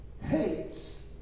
hates